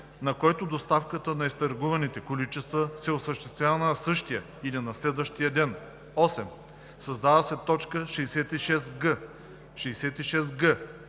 на който доставката на изтъргуваните количества се осъществява на същия или на следващия ден.“ 8. Създава се т. 66г: